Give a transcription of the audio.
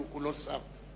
שהוא כולו שר.